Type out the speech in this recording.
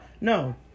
no